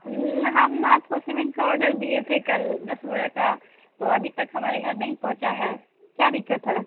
ہم آپ کو سیمنٹ کا آرڈر دئے تھے کل دس بورے کا تو ابھی تک ہمارے گھر نہیں پہنچا ہے کیا دقت ہے